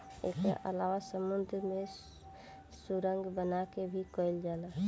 एकरा अलावा समुंद्र में सुरंग बना के भी कईल जाला